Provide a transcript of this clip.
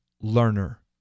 learner